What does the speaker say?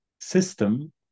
system